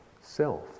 self